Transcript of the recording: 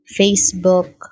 Facebook